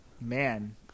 Man